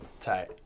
Tight